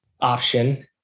option